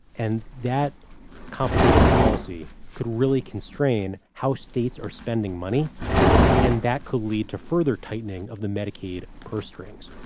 and that complicated policy could really constrain how states are spending money and that could lead to further tightening of the medicaid purse strings.